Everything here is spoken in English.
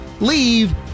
leave